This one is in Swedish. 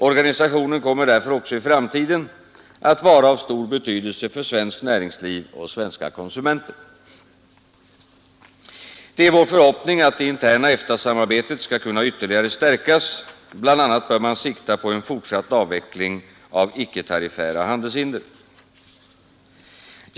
Organisationen kommer därför även i framtiden att vara av stor betydelse för svenskt näringsliv och svenska konsumenter. Det är vår förhoppning att det interna EFTA-samarbetet skall kunna ytterligare stärkas. Bl.a. bör man sikta på en fortsatt avveckling av icke-tariffära handelshinder.